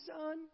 son